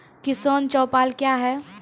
किसान चौपाल क्या हैं?